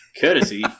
Courtesy